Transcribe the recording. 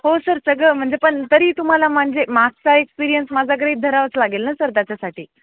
हो सर सगळं म्हणजे पण तरी तुम्हाला म्हणजे मागचा एक्सपिरियन्स माझ्या गृहित धरावंच लागेल ना सर त्याच्यासाठी